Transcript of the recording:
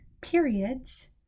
periods